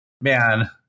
man